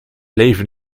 leven